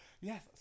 Yes